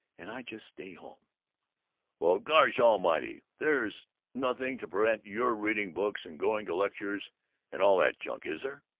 and i just stay home well, gosh almighty, there's nothing to prevent your reading books and going to lectures and all that junk, is there?